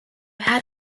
had